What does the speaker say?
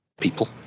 people